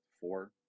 Four